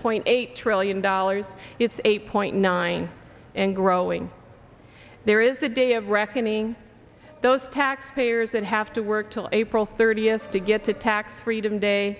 point eight trillion dollars it's eight point nine and growing there is a day of reckoning those tax payers that have to work till april thirtieth to get that tax freedom day